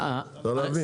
זה צריך להבין.